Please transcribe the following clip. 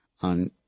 on